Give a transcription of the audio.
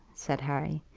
said harry.